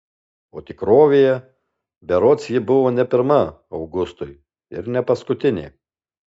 o tikrovėje berods ji buvo ne pirma augustui ir ne paskutinė